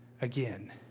again